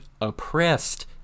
oppressed